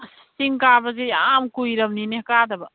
ꯑꯁ ꯆꯤꯡ ꯀꯥꯕꯁꯤ ꯌꯥꯝ ꯀꯨꯏꯔꯕꯅꯤꯅꯦ ꯀꯥꯗꯕ